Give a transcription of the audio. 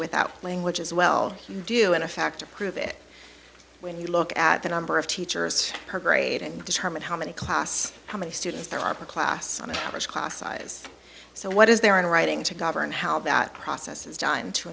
with that language as well you do in a factor prove it when you look at the number of teachers her grade and determine how many class how many students there are per class on an average class size so what is there in writing to govern how that process is time to